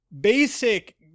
basic